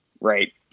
right